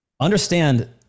Understand